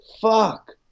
Fuck